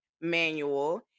manual